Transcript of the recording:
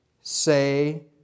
say